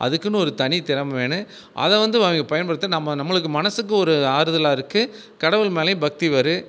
அதுக்குன்னு ஒரு தனி திறமை வேணும் அதை வந்து பயன்படுத்த நம்ம நம்மளுக்கு மனசுக்கு ஒரு ஆறுதலாக இருக்கு கடவுள் மேலையும் பக்தி வரும்